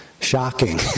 shocking